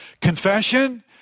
confession